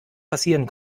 passieren